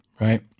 right